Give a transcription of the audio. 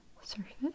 surface